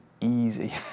easy